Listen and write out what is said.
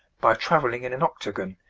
by travelling in an octagon,